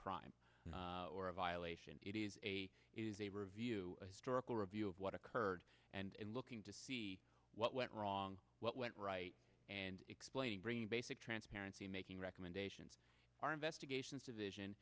crime or a violation it is a is a review a historical review of what occurred and looking to see what went wrong what went right and explaining bringing basic transparency making recommendations our investigations division